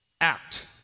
act